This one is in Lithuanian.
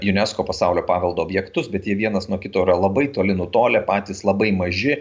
unesco pasaulio paveldo objektus bet jie vienas nuo kito yra labai toli nutolę patys labai maži